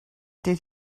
did